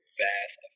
vast